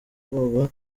ubwoba